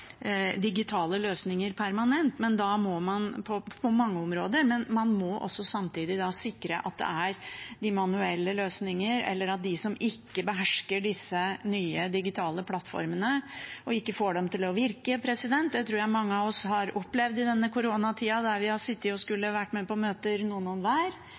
digitale løsninger permanent på mange områder – samtidig må sikre at det er manuelle løsninger for dem som ikke behersker de nye digitale plattformene og ikke får dem til å virke. Det tror jeg mange av oss har opplevd i denne koronatiden, der vi har sittet og skulle vært med på møter